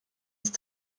ist